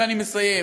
ואני מסיים,